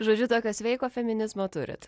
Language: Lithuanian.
žodžiu tokio sveiko feminizmo turit